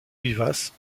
vivaces